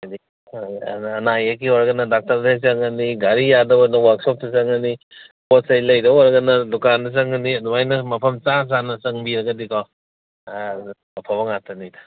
ꯍꯥꯏꯗꯤ ꯑꯅꯥ ꯑꯌꯦꯛꯀꯤ ꯑꯣꯏꯔꯒꯅ ꯗꯥꯛꯇꯔꯗ ꯍꯦꯛ ꯆꯪꯉꯅꯤ ꯒꯥꯔꯤ ꯌꯥꯗꯕꯅ ꯋꯥꯔꯛꯁꯣꯞꯇ ꯆꯪꯉꯅꯤ ꯄꯣꯠ ꯆꯩ ꯂꯩꯗꯧ ꯑꯣꯏꯔꯒꯅ ꯗꯨꯀꯥꯟꯗ ꯆꯪꯉꯅꯤ ꯑꯗꯨꯃꯥꯏꯅ ꯃꯐꯝ ꯆꯥ ꯆꯥꯅ ꯆꯪꯕꯤꯔꯒꯗꯤꯀꯣ ꯑꯐꯕ ꯉꯥꯛꯇꯅꯤꯗ